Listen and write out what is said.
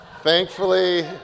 Thankfully